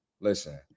Listen